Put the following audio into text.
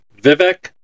vivek